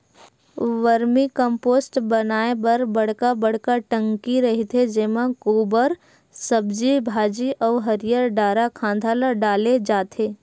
vermi compost बनाए बर बड़का बड़का टंकी रहिथे जेमा गोबर, सब्जी भाजी अउ हरियर डारा खांधा ल डाले जाथे